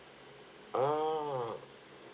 ah